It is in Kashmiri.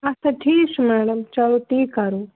اَچھا ٹھیٖک چھُ میڈَم چلو تی کَرو